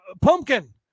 pumpkin